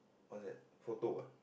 what's that photo ah